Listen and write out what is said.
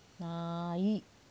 ನಾಯಿ